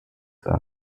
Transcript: are